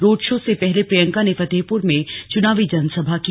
road show से पहले प्रियंका ने फतेहपुर में चुनावी सभा की